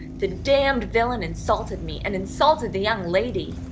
the damned villain insulted me and insulted the young lady,